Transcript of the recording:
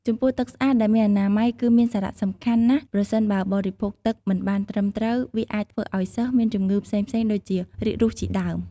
ចំពោះទឹកស្អាតដែលមានអនាម័យគឺមានសារៈសំខាន់ណាស់ប្រសិនបើបរិភោគទឹកមិនបានត្រឹមត្រូវ វាអាចធ្វើឲ្យសិស្សមានជម្ងឺផ្សេងៗដូចជា រាគរូសជាដើម។